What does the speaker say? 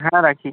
হ্যাঁ রাখি